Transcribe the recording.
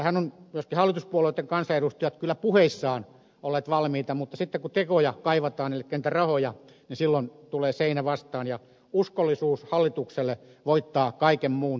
tähän ovat myöskin hallituspuolueitten kansanedustajat kyllä puheissaan olleet valmiita mutta sitten kun tekoja kaivataan elikkä niitä rahoja tulee seinä vastaan ja uskollisuus hallitukselle voittaa kaiken muun tarpeellisen